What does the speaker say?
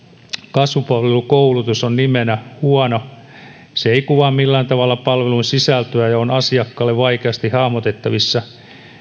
kasvupalvelukoulutus on nimenä huono se ei kuvaa millään tavalla palvelun sisältöä ja on asiakkaalle vaikeasti hahmotettavissa